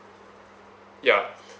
ya